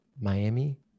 miami